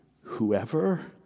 whoever